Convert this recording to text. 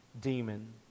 demon